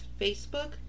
Facebook